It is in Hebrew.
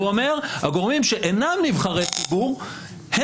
הוא אומר שהגורמים שאינם נבחרי ציבור,